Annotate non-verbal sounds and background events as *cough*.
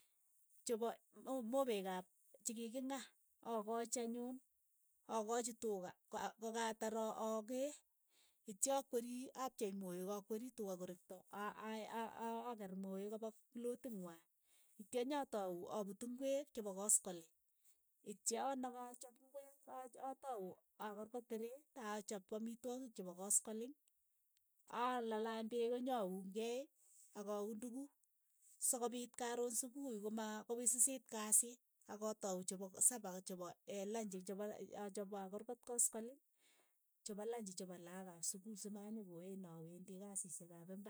Chepo mopeek ap chikiking'aa. akochi anyun. akochi tuka, kokatar a- a- akee. itcha akwerii apchei moek akweri tuka ko rekto a- a- a- akeer moek kopa plotiit ng'wai, itcha nyatau aput ing'wek chepo koskoleng. itcha nekochop ing'week, a- atau akorkot tereet, achop amitwogik chepo koskoleng, alalany peek anyaunkei. akauun tukuuk, sokopiit karoon supuhi koma kowisisiit kasiit akatau chepo sapa chepo *hesitation* lanchi chepo a- achop akorkot koskoleng chepo lanchi chepo laak ap sukul simanyokoena awendi kasishek ap imbar.